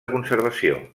conservació